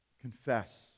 confess